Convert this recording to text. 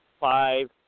five